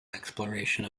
exploration